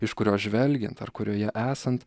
iš kurios žvelgiant ar kurioje esant